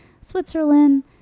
Switzerland